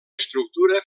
estructura